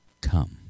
come